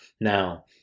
Now